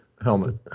Helmet